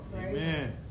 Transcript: Amen